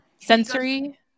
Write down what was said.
sensory